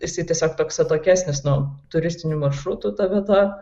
jisai tiesiog toks atokesnis nuo turistinių maršrutų ta vieta